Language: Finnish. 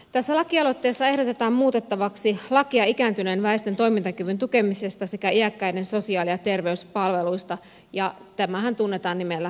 tässä lakialoitteessa ehdotetaan muutettavaksi lakia ikääntyneen väestön toimintakyvyn tukemisesta sekä iäkkäiden sosiaali ja terveyspalveluista ja tämähän tunnetaan nimellä vanhuspalvelulaki